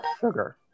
sugar